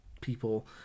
people